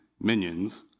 minions